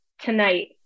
Tonight